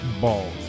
Balls